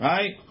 Right